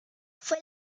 fue